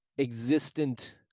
existent